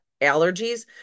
allergies